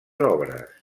obres